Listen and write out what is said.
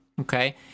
Okay